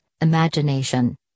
imagination